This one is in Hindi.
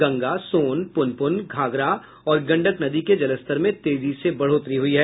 गंगा सोन पुनपुन घाघरा और गंडक नदी के जलस्तर में तेजी से बढ़ोतरी हुई है